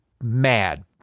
mad